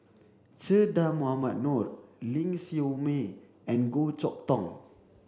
Che Dah Mohamed Noor Ling Siew May and Goh Chok Tong